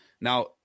Now